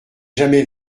jamais